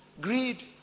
Greed